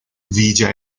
villa